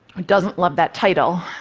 who doesn't love that title,